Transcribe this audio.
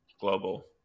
Global